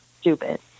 stupid